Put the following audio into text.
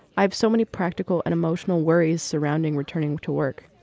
i have so many practical and emotional worries surrounding returning to work.